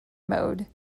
mode